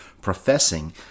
professing